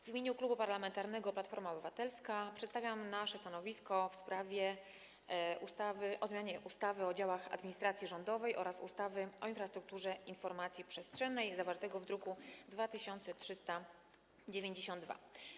W imieniu Klubu Parlamentarnego Platforma Obywatelska przedstawiam stanowisko w sprawie projektu ustawy o zmianie ustawy o działach administracji rządowej oraz ustawy o infrastrukturze informacji przestrzennej, zawartego w druku nr 2392.